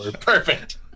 perfect